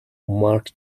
mark